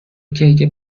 کیک